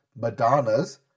Madonna's